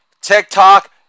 TikTok